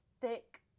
thick